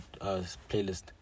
playlist